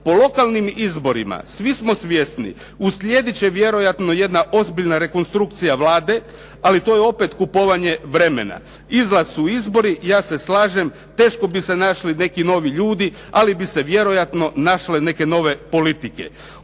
Po lokalnim izborima, svi smo svjesni, uslijediti će vjerojatno jedna ozbiljna rekonstrukcija Vlade, ali to je opet kupovanje vremena. Izlaz su izbori i ja se slažem teško bi se našli neki novi ljudi, ali bi se vjerojatno našle neke nove politike.